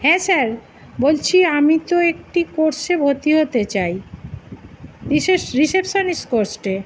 হ্যাঁ স্যার বলছি আমি তো একটি কোর্সে ভর্তি হতে চাই রিসেপশনিস্ট কোর্সে